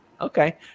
okay